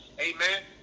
Amen